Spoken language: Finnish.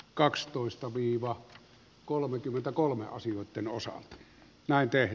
kakstoista viiva kolmekymmentäkolme on syytön osaa länteen